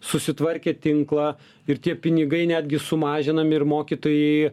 susitvarkė tinklą ir tie pinigai netgi sumažinami ir mokytojai